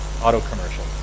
auto-commercial